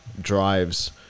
drives